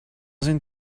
sind